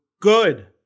good